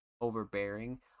overbearing